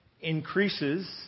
increases